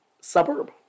suburb